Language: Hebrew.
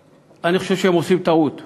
אני חושב שהם עושים טעות חמורה.